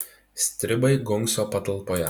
stribai gunkso patalpoje